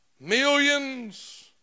millions